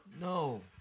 No